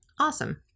Awesome